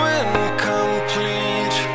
incomplete